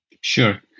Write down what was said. sure